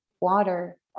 water